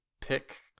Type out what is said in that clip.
pick